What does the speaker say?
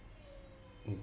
mm